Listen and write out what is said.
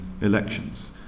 elections